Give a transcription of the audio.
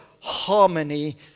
harmony